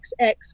XX